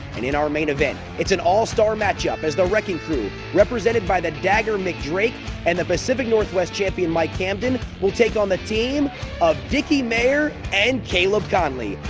and in our main event its an allstar matchup, as the wrecking crew represented by the dagger mik drake and the pacific northwest champion mike camden will take on the team of dicky mayer and caleb konley.